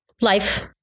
life